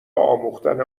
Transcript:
آموختن